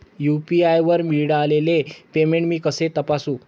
UPI वर मिळालेले payment मी कसे तपासू?